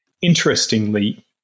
interestingly